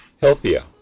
healthier